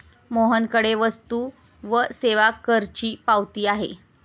मोहनकडे वस्तू व सेवा करची पावती आहे